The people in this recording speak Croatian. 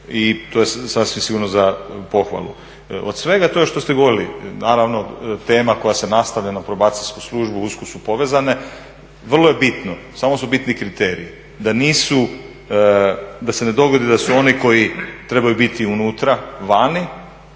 i to je sasvim sigurno za pohvalu. Od svega toga što ste govorili, naravno tema koja se nastavlja na probacijsku službu usko su povezane, vrlo je bitno, samo su bitni kriteriji da nisu, da se ne dogodi da su oni koji trebaju biti unutra vani